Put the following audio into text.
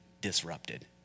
disrupted